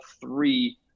three